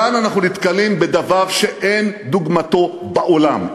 כאן אנחנו נתקלים בדבר שאין דוגמתו בעולם.